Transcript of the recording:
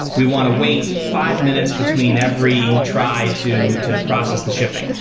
we want to wait five minutes between every try to to process the shipping.